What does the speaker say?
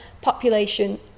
population